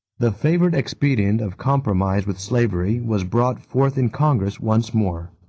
the favorite expedient of compromise with slavery was brought forth in congress once more.